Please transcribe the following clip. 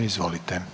Izvolite.